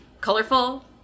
colorful